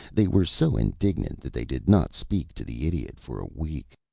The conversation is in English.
they were so indignant that they did not speak to the idiot for a week.